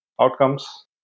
outcomes